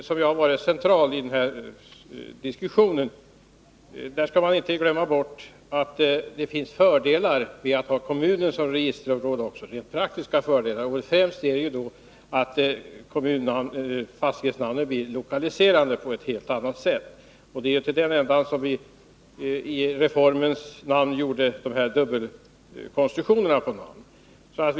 Fru talman! När det gäller frågan om registerområden, som har varit central i diskussionen, får vi inte glömma bort att det finns rent praktiska fördelar med att ha kommunen som registerområde, främst detta att fastighetsnamnen blir lokaliserande på ett helt annat sätt. Det är till den änden som vii reformen har gjort dubbelkonstruktioner av namn.